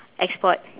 export